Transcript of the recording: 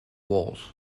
walls